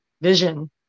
vision